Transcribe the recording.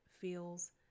feels